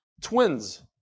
twins